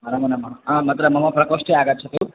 अलमेलमा आम् अत्र मम प्रकोष्ठे आगच्छतु